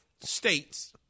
states